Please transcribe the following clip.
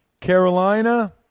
Carolina